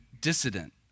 dissident